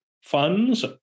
funds